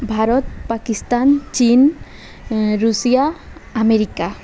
ଭାରତ ପାକିସ୍ତାନ ଚୀନ Russia America